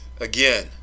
again